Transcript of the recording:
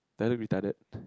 do I look retarded